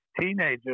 teenager